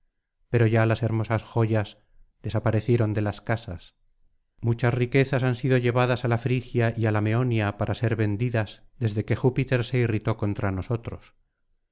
pero ya las hermosas joyas desaparecieron de las casas muchas riquezas han sido llevadas á la frigia y á la meonia para ser vendidas desde que júpiter se irritó contra nosotros